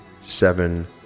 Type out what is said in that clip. seven